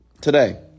today